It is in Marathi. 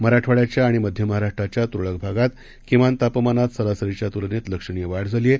मराठवाङ्याच्याआणिमध्यमहाराष्ट्राच्यातुरळकभागातकिमानतापमानातसरासरीच्यातुलनेतलक्षणीयवाढझालीआहे